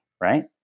Right